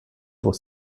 pour